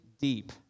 deep